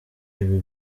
ibi